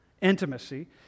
intimacy